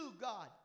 God